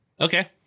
Okay